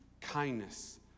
kindness